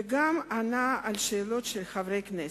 וגם ענה על שאלות של חברי הכנסת.